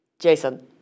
Jason